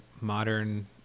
modern